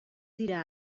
dira